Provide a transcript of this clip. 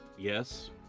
yes